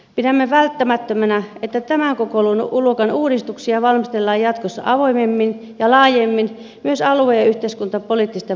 pidämme välttämättömänä että tämän kokoluokan uudistuksia valmistellaan jatkossa avoimemmin ja laajemmin myös alue ja yhteiskuntapoliittisten vaikutusten osalta